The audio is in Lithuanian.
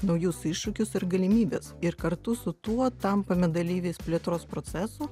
naujus iššūkius ir galimybes ir kartu su tuo tampame dalyviais plėtros procesų